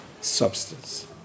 substance